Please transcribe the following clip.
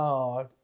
God